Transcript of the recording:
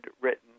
written